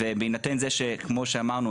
בהינתן זה שכמו שאמרנו,